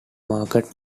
market